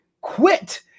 quit